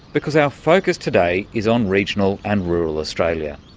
because our focus today is on regional and rural australia.